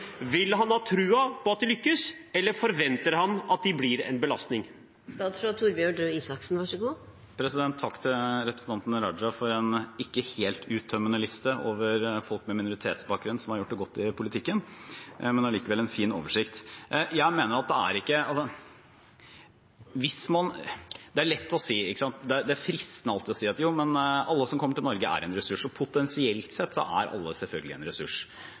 Vil han ha troen på at de lykkes, eller forventer han at de blir en belastning? Takk til representanten Raja for en ikke helt uttømmende liste over folk med minoritetsbakgrunn som har gjort det godt i politikken, men allikevel en fin oversikt. Det er lett og fristende alltid å si at alle som kommer til Norge, er en ressurs. Potensielt sett er selvfølgelig alle en ressurs. Men hvis vi gjør det til et mantra, risikerer vi å snakke så mye om det at vi ikke ser de reelle utfordringene. Og det er,